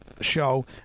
show